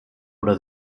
oder